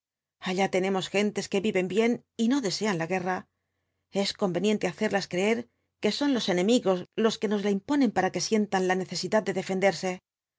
allá tenemos gentes que viven bien y no desean la guerra es conveniente hacerlas creer que son los enemigos los que nos la imponen para que sientan la necesidad de defenderse